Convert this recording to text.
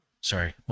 Sorry